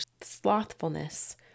slothfulness